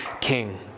king